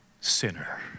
sinner